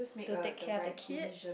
to take care of the kid